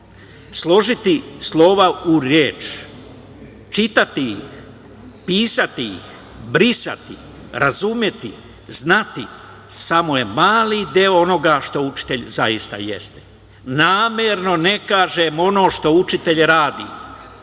složiti slova u reč, čitati ih, pisati ih, brisati, razumeti, znati, samo je mali deo onoga što učitelj zaista jeste. Namerno ne kažem ono što učitelj radi,